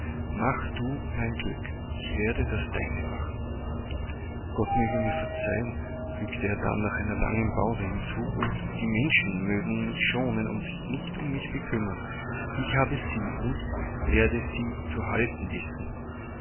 mach du mein glück ich werde das deine machen gott möge mir verzeihen fügte er dann nach einer langen pause hinzu und die menschen mögen mich schonen und sich nicht um mich bekümmern ich habe sie und werde sie zu halten wissen